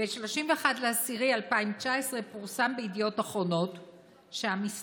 ב-31 באוקטובר 2019 פורסם בידיעות אחרונות שהמשרד,